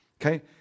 Okay